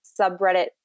subreddit